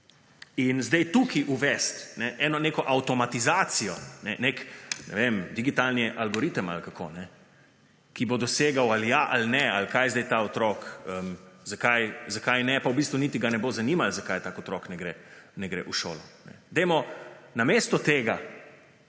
In zdaj tukaj uvesti neko avtomatizacijo, nek, ne vem, digitalni algoritem ali kako, ki bo dosegal ali ja ali ne ali kaj zdaj ta otrok, zakaj ne, pa v bistvu niti ga ne bo zanimalo, zakaj tak otrok ne gre v šolo, dajmo namesto tega